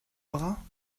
bras